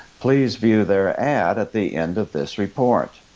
please view their ad at the end of this report.